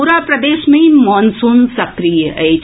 पूरा प्रदेश मे मॉनसून सक्रिय अछि